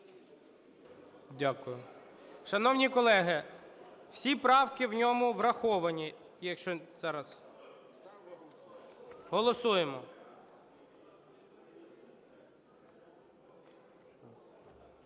Дякую. Шановні колеги, всі правки в ньому враховані, якщо…